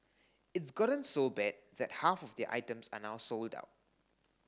it's gotten so bad that half of their items are now sold out